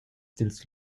dils